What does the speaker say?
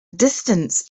distance